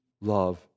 love